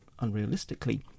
unrealistically